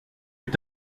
est